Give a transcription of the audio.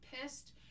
pissed